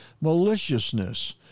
maliciousness